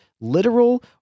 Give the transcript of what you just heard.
literal